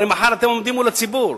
הרי מחר אתם עומדים מול הציבור.